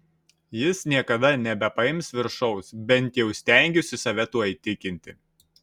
jis niekada nebepaims viršaus bent jau stengiausi save tuo įtikinti